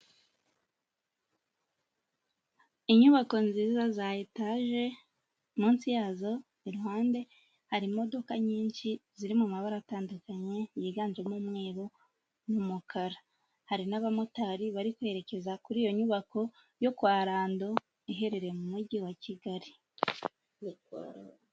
Inyubako nziza za etaje, munsi yazo iruhande hari imodoka nyinshi ziri mu mabara atandukanye yiganjemo umweru n'umukara. Hari n'abamotari bari kwerekeza kuri iyo nyubako, yo kwa Rando iherereye mu mujyi wa Kigali.